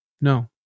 No